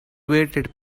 waited